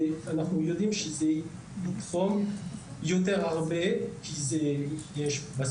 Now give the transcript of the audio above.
אנחנו יודעים שזה יתרום הרבה יותר כי בסוף